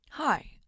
Hi